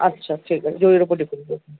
আচ্ছা ঠিক আছে জরির ওপর ডিপেন্ড করছে